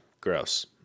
Gross